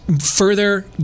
further